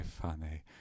funny